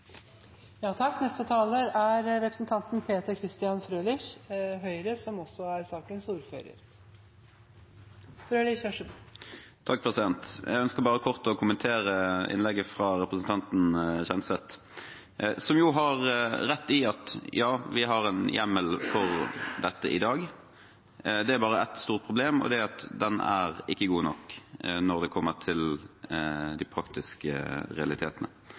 Jeg ønsker bare kort å kommentere innlegget fra representanten Kjenseth, som har rett i at vi har en hjemmel for dette i dag. Det er bare ett stort problem, og det er at den ikke er god nok når det kommer til de praktiske realitetene.